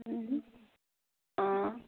অঁ